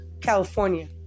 California